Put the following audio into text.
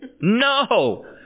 No